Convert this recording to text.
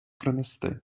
принести